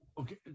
Okay